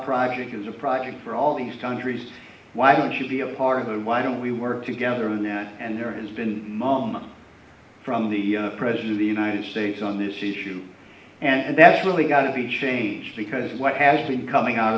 project as a project for all these countries why don't you be a part of it why don't we work together on that and there has been moments from the president of the united states on this issue and that's really got to be changed because what has been coming out